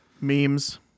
memes